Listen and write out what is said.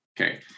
okay